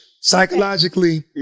psychologically